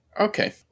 Okay